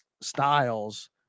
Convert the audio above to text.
styles